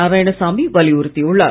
நாராயணசாமிவலியுறுத்தியுள்ளார்